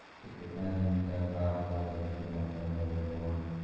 केतना दिन तक आर सर जल्दी जमा कर देबै लोन?